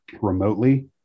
remotely